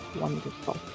wonderful